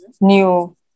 new